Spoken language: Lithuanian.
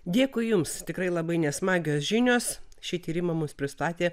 dėkui jums tikrai labai nesmagios žinios šį tyrimą mums pristatė